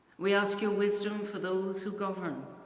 we ask your wisdom for those who govern,